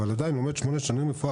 אבל עדיין לומד שמונה שנים רפואה.